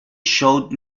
showed